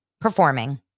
performing